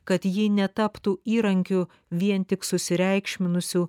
kad ji netaptų įrankiu vien tik susireikšminusių